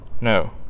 No